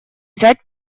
взять